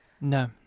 No